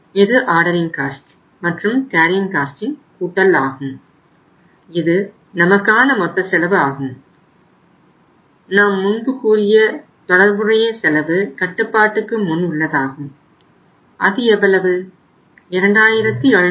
இது ordering cost 2787